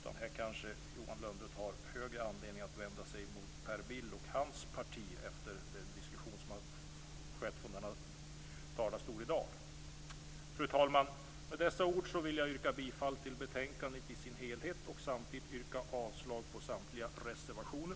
Johan Lönnroth kanske har större anledning att vända sig mot Per Bill och hans parti, efter den diskussion som har förts från denna talarstol i dag. Fru talman! Med dessa ord vill jag yrka bifall till utskottets hemställan i dess helhet och samtidigt yrka avslag på samtliga reservationer.